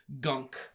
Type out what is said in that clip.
gunk